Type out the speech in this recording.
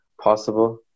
possible